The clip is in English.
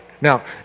Now